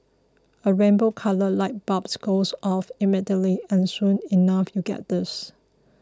a rainbow coloured light bulb goes off immediately and soon enough you get this